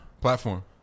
Platform